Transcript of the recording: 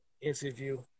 interview